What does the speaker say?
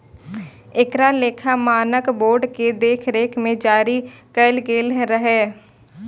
एकरा लेखा मानक बोर्ड के देखरेख मे जारी कैल गेल रहै